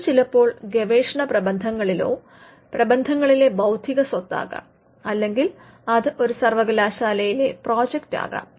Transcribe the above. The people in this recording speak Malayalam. അത് ചിലപ്പോൾ ഗവേഷണ പ്രബന്ധനങ്ങളിലെ ബൌദ്ധിക സ്വത്താകാം അല്ലെങ്കിൽ അത് ഒരു സർവകലാശാലയിലെ പ്രോജക്ട് ആകാം